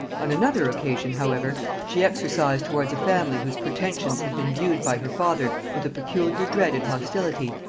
on another occasion, however, she exercised towards a family whose pretensions had been viewed by her father with peculiar dread and hostility,